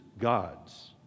God's